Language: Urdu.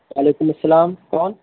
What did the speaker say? وعلیکم السلام کون